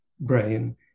brain